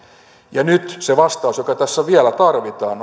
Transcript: ja nyt se vastaus joka tässä vielä tarvitaan